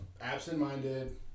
absent-minded